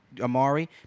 Amari